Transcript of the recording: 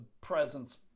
presence